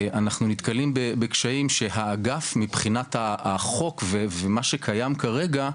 אנחנו נתקלים בקשיים שהאגף מבחינת החוק ומה שקיים כרגע,